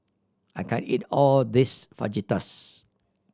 I can't eat all this Fajitas